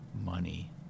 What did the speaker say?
money